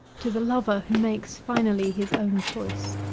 to the lover who makes finally his own choice.